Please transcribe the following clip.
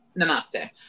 namaste